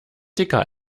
dicker